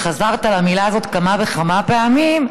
חזרת על המילה הזאת כמה וכמה פעמים,